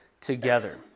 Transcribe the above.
together